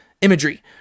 imagery